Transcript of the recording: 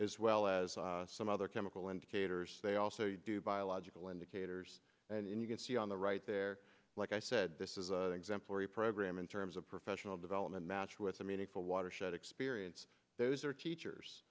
as well as some other chemical indicators they also do biological indicators and you can see on the right there like i said this is an exemplary program in terms of professional development match with a meaningful watershed experience those are teachers